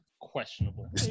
Questionable